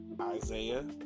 Isaiah